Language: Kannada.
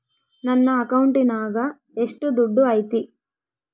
ನನ್ನ ಅಕೌಂಟಿನಾಗ ಎಷ್ಟು ದುಡ್ಡು ಐತಿ?